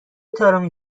طارمی